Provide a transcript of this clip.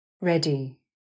Ready